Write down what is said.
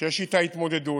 שיש איתה התמודדות.